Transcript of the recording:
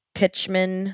pitchman